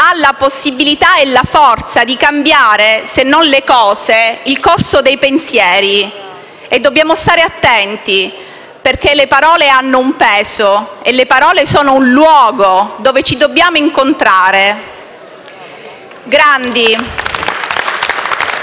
ha la possibilità e la forza di cambiare se non le cose, il corso dei pensieri e dobbiamo stare attenti, perché le parole hanno un peso e le parole sono un luogo dove ci dobbiamo incontrare.